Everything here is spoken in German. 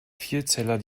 vielzeller